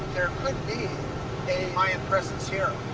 there could be a mayan presence here.